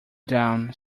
down